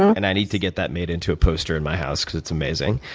and i need to get that made into a poster in my house because it's amazing.